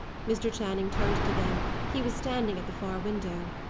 mr. channing turned to them. he was standing at the far window.